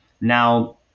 Now